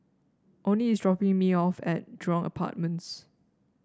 Oney is dropping me off at Jurong Apartments